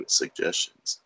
suggestions